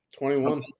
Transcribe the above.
21